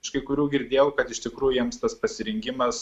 iš kai kurių girdėjau kad iš tikrųjų jiems tas pasirinkimas